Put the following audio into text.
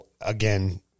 again